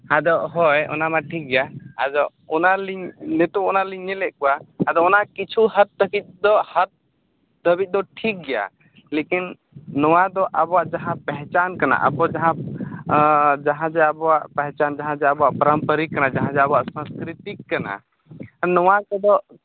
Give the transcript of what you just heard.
ᱟᱫᱚ ᱦᱳᱭ ᱚᱱᱟ ᱢᱟ ᱴᱷᱤᱠ ᱜᱮᱭᱟ ᱟᱫᱚ ᱚᱱᱟᱞᱤᱧ ᱱᱤᱛᱚᱜ ᱚᱱᱟᱞᱤᱧ ᱧᱮᱞᱮᱫ ᱠᱚᱣᱟ ᱟᱫᱚ ᱚᱱᱟ ᱠᱤᱪᱷᱩ ᱦᱟᱛ ᱛᱟᱠᱤᱡ ᱫᱚ ᱦᱟᱛ ᱫᱷᱟᱹᱵᱤᱡ ᱫᱚ ᱴᱷᱤᱠ ᱜᱮᱭᱟ ᱞᱮᱠᱤᱱ ᱱᱚᱣᱟ ᱫᱚ ᱟᱵᱚᱣᱟᱜ ᱡᱟᱦᱟᱸ ᱯᱮᱦᱮᱪᱟᱱ ᱠᱟᱱᱟ ᱟᱵᱚ ᱡᱟᱦᱟᱸ ᱡᱟᱦᱟᱸ ᱡᱮ ᱟᱵᱚᱣᱟᱜ ᱯᱮᱦᱮᱪᱟᱞ ᱡᱟᱦᱟᱸ ᱡᱮ ᱟᱵᱚᱣᱟᱜ ᱯᱟᱨᱟᱢᱯᱟᱨᱤᱠ ᱠᱟᱱᱟ ᱡᱟᱦᱟᱸ ᱡᱮ ᱟᱵᱚᱣᱟᱜ ᱥᱚᱥᱠᱨᱤᱛᱤᱠ ᱠᱟᱱᱟ ᱱᱚᱣᱟ ᱠᱚᱫᱚ